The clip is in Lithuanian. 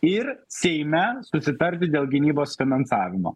ir seime susitarti dėl gynybos finansavimo